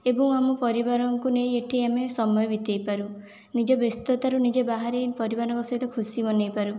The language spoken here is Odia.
ଏବଂ ଆମ ପରିବାରଙ୍କୁ ନେଇ ଏଇଠି ଆମେ ସମୟ ବିତାଇପାରୁ ନିଜ ବ୍ୟସ୍ତତାରୁ ନିଜେ ବାହାରି ପରିବାରଙ୍କ ସହିତ ଖୁସି ମନାଇପାରୁ